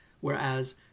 whereas